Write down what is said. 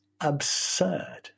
absurd